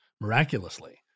miraculously